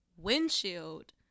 windshield